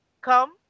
come